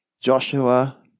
Joshua